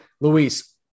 Luis